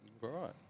right